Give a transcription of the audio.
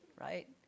right